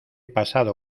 pasado